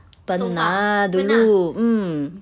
pernah dulu mm